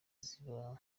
ziba